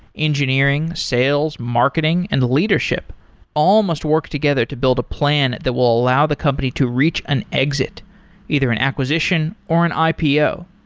engineering, sales, marketing and leadership all must work together to build a plan that will allow the company to reach an exit either an acquisition or an ipo.